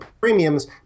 premiums